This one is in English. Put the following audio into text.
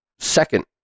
Second